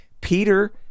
Peter